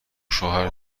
شوهر